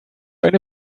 eine